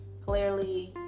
Clearly